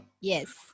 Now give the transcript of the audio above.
Yes